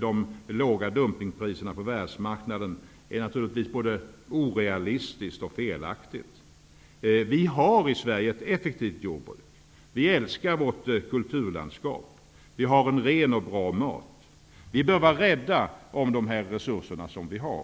de låga dumpningspriserna på världsmarknaden, är naturligtvis både orealistiskt och felaktigt. Vi har i Sverige ett effektivt jordbruk. Vi älskar vårt kulturlandskap. Vi har ren och bra mat. Vi bör vara rädda om dessa resurser.